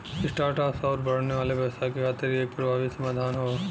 start ups आउर बढ़ने वाले व्यवसाय के खातिर इ एक प्रभावी समाधान हौ